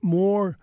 more